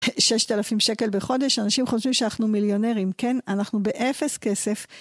ששת אלפים שקל בחודש, אנשים חושבים שאנחנו מיליונרים, כן? אנחנו באפס כסף.